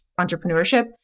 entrepreneurship